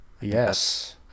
Yes